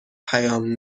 پیام